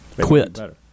Quit